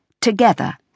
together